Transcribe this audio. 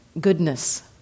goodness